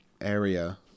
area